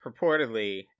purportedly